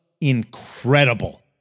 incredible